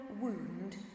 wound